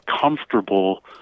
comfortable